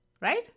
Right